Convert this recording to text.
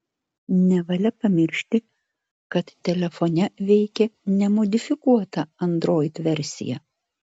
nevalia pamiršti kad telefone veikia nemodifikuota android versija